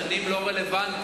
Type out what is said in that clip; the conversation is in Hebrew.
השנים לא רלוונטיות.